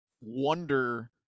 wonder